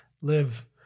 live